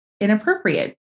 inappropriate